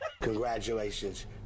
Congratulations